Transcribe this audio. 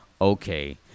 okay